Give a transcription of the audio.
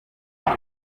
icyo